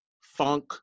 funk